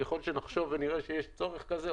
אם נחשוב ונראה שיש צורך כזה,